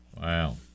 Wow